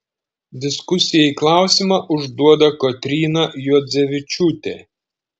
diskusijai klausimą užduoda kotryna juodzevičiūtė